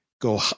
go